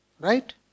Right